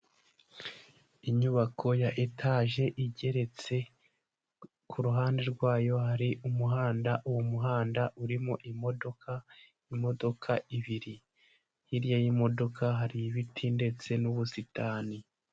Inyubako ya etaje igeretse, ku ruhande rwayo hari umuhanda, uwo muhanda urimo imodoka imodoka ebyiri, hirya y'imodoka hari ibiti ndetse n'ubusitani.